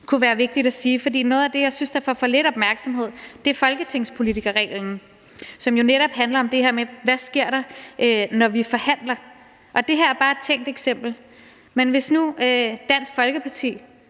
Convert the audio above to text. kunne være vigtigt at sige, for noget af det, jeg synes får for lidt opmærksomhed, er folketingspolitikerreglen, som jo netop handler om det her med, hvad der sker, når vi forhandler, og det her er bare et tænkt eksempel: Hvis nu Dansk Folkeparti